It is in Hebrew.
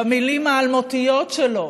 במילים האלמותיות שלו: